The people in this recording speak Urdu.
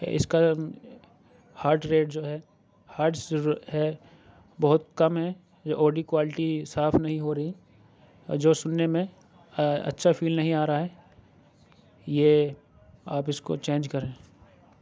اِس کا ہارڈ ریٹ جو ہے ہارڈز ہے بہت کم ہے جو آڈی کوالٹی صاف نہیں ہو رہی جو سُننے میں آ اچھا فیل نہیں آ رہا ہے یہ آپ اِس کو چینج کریں